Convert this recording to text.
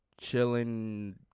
chilling